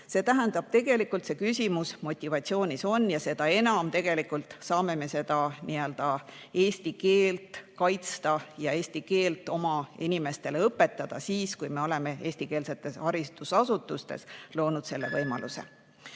See tähendab, et tegelikult on see küsimus motivatsioonist ja seda enam saame me eesti keelt kaitsta ja eesti keelt oma inimestele õpetada siis, kui me oleme eestikeelsetes haridusasutustes loonud selle võimaluse.